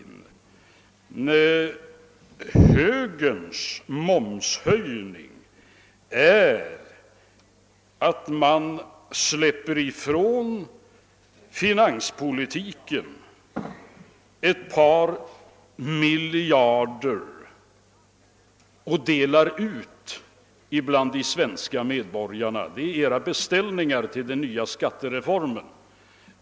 Moderata samlingspartiets momshöjning ligger i att man från finanspolitiken släpper ett par miljarder och delar ut dem bland de svenska medborgarna. Det är edra beställningar till den nya skattereformen.